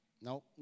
No